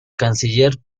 canciller